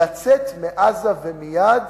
לצאת מעזה ומייד